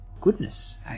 goodness